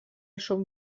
són